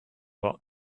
lot